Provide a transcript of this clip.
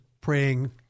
praying